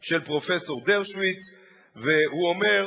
של פרופסור דרשוביץ שאומר,